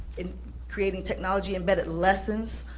and creating technology-embedded lessons,